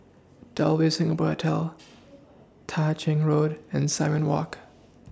W Singapore Hotel Tah Ching Road and Simon Walk